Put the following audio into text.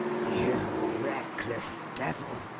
you reckless devil!